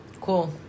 Cool